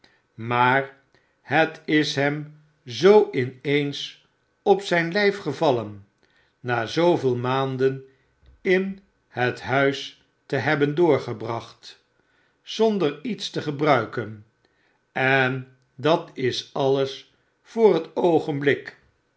maar het is hem zoo in eens op zyn lyf gevallen na zooveel maanden in het huis te hebben doorgebracht zonder iets te februiken en dat is alles voor het oogenblik